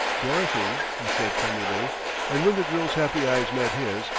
dorothy, he said tenderly and when the girl's happy eyes met his,